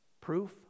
Proof